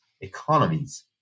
economies